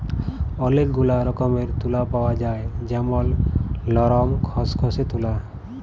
ওলেক গুলা রকমের তুলা পাওয়া যায় যেমল লরম, খসখসে তুলা